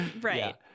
Right